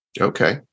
Okay